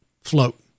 float